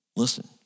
Listen